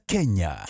Kenya